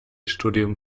studium